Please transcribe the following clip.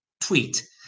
tweet